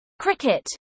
cricket